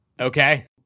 Okay